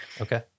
Okay